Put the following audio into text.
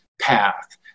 path